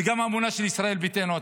וגם האמונה של ישראל ביתנו,